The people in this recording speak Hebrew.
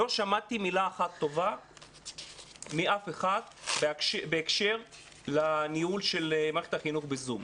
לא שמעתי מילה אחת טובה מאף אחד בהקשר לניהול של מערכת החינוך בזום.